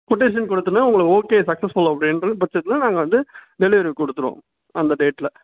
quotation கொடுத்தோன்ன உங்களுக்கு okay successful அப்படின்ற பட்சத்தில் நாங்கள் வந்து டெலிவரி கொடுத்துருவோம் அந்த டேட்டில்